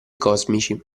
cosmici